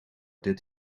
did